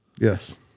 Yes